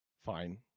fine